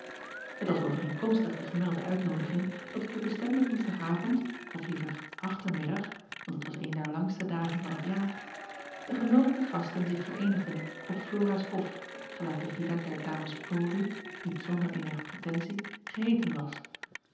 et was overeenkomstig de gemelde uitnoodiging dat acob van ennep laasje evenster delen op den bestemden oensdag avond of liever achtermiddag want het was een der langste dagen van t jaar de genoodigde gasten zich vereenigden op loraas of gelijk de villa der ames rawley niet zonder eenige pretentie geheeten was